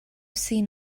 seen